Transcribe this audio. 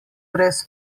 brez